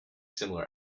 similar